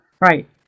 right